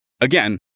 again